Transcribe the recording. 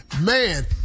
Man